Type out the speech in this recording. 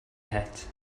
het